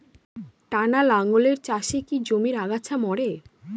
টানা লাঙ্গলের চাষে কি জমির আগাছা মরে?